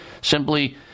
simply